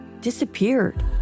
disappeared